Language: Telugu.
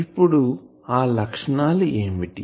ఇప్పుడు ఆ లక్షణాలు ఏమిటి